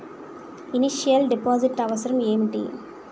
Initial deposit అవసరం ఏమిటి?